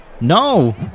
No